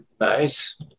Nice